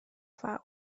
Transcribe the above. fawr